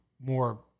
more